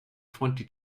twenty